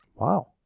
Wow